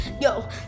Yo